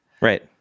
Right